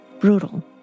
brutal